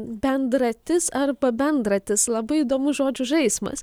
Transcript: bendratis arba bendratis labai įdomus žodžių žaismas